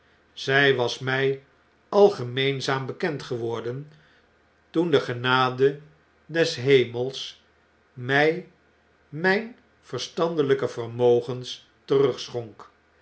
zij was mh al gemeenzaam bekend geworden toen de genade des hemels mij mijne verstandelijke vermogens